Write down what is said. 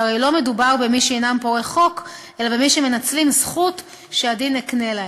שהרי לא מדובר במי שהם פורעי חוק אלא במי שמנצלים זכות שהדין העניק להם.